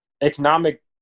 economic